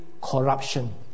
corruption